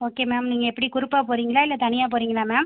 okay ma'am நீங்கள் எப்படி குரூப்பாக போகிறிங்களா இல்லை தனியாக போகிறிங்களா மேம்